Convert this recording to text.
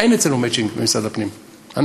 אין אצלנו במשרד הפנים מצ'ינג.